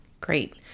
Great